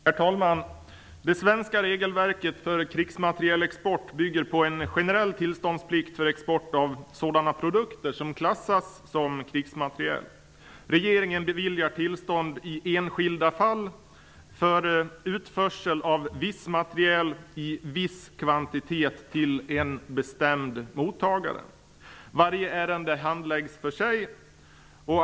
Herr talman! Det svenska regelverket för krigsmaterielexport bygger på en generell tillståndsplikt för export av sådana produkter som klassas som krigsmateriel. Regeringen beviljar tillstånd i enskilda fall för utförsel av viss materiel i viss kvantitet till en bestämd mottagare. Varje ärende handläggs för sig.